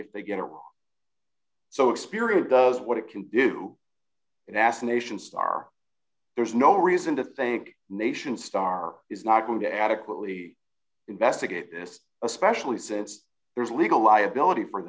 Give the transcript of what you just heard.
if they get it so experience does what it can do and ask nations are there's no reason to think nation star is not going to adequately investigate this especially since there's legal liability for